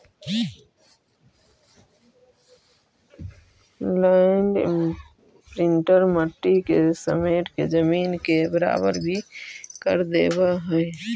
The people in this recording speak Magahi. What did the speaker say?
लैंड इम्प्रिंटर मट्टी के समेट के जमीन के बराबर भी कर देवऽ हई